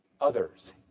others